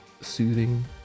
soothing